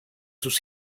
sus